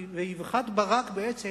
באבחת ברק בעצם,